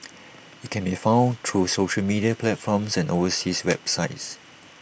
IT can be found through social media platforms and overseas websites